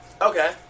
Okay